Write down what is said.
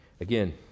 again